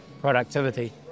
productivity